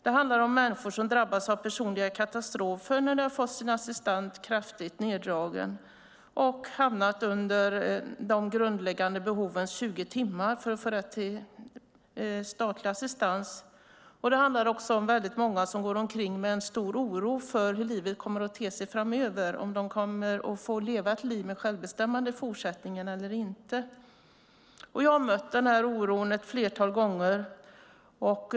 Det handlar om människor som drabbats av personliga katastrofer när de har fått sin assistans kraftigt neddragen och hamnat under de grundläggande behovens 20 timmar för att få rätt till statlig assistans. Det handlar också om väldigt många som går omkring med en stor oro för hur livet kommer att te sig framöver, om de kommer att få leva ett liv med självbestämmande i fortsättningen eller inte. Jag har mött denna oro ett flertal gånger.